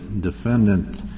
defendant